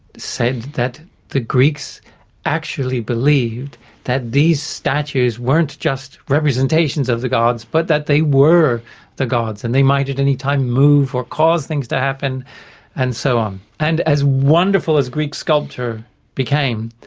said that the greeks actually believed that these statues weren't just representations of the gods but that they were the gods and they might at any time move or cause things to happen and so on, and as wonderful as greek sculpture became,